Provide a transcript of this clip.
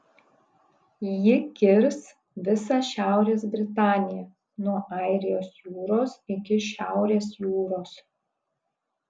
ji kirs visą šiaurės britaniją nuo airijos jūros iki šiaurės jūros